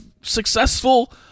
successful